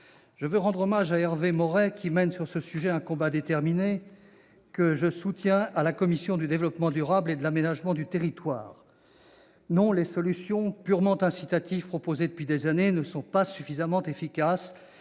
Je veux rendre hommage à Hervé Maurey, qui mène sur le sujet un combat déterminé au sein de la commission du développement durable et de l'aménagement du territoire. Je le soutiens totalement. Non, les solutions purement incitatives proposées depuis des années ne sont pas suffisamment efficaces.